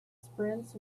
sprints